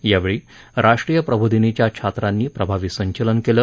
यावेळी राष्ट्रीय प्रबोधिनीच्या छात्रांनी प्रभावी संचलन केलं